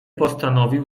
postanowił